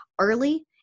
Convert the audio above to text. early